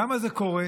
למה זה קורה?